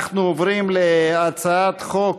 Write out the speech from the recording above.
אנחנו עוברים להצעת חוק